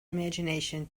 imgination